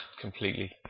completely